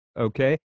Okay